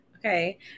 Okay